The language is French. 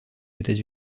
états